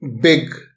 big